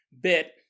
bit